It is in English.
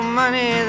money